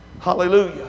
Hallelujah